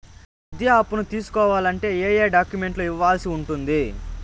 విద్యా అప్పును తీసుకోవాలంటే ఏ ఏ డాక్యుమెంట్లు ఇవ్వాల్సి ఉంటుంది